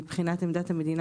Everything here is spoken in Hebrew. מבחינת עמדת המדינה,